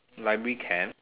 library camp